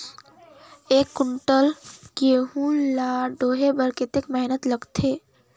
एक कुंटल गहूं ला ढोए बर कतेक मेहनत लगथे?